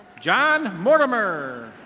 john hortimer.